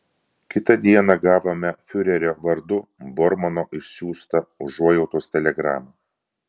kitą dieną gavome fiurerio vardu bormano išsiųstą užuojautos telegramą